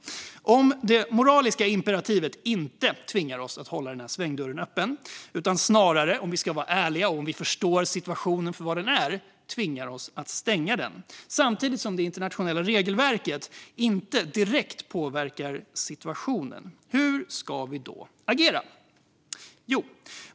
Om det moraliska imperativet inte tvingar oss att hålla den här svängdörren öppen utan snarare - om vi ska vara ärliga och om vi förstår situationen för vad den är - tvingar oss att stänga den, samtidigt som det internationella regelverket inte direkt påverkar situationen, hur ska vi då agera?